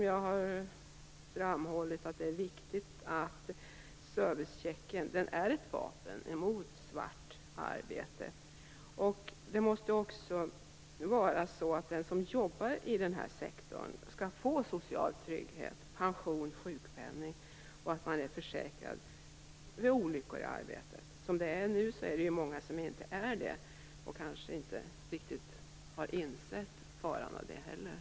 Jag har framhållit att det är viktigt att servicechecken är ett vapen mot svart arbetskraft. Den som jobbar inom denna sektor skall få social trygghet, pension, sjukpenning och vara försäkrad mot olyckor i arbetet. Nu är det många som inte har denna trygghet och som inte har insett faran med det.